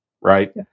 right